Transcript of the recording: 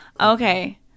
Okay